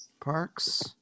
parks